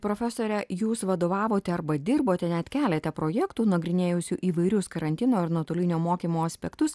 profesore jūs vadovavote arba dirbote net kelete projektų nagrinėjusių įvairius karantino ar nuotolinio mokymo aspektus